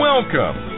Welcome